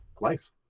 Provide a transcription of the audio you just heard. life